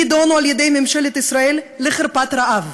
נידונו על-ידי ממשלת ישראל לחרפת רעב?